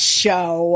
show